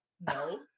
No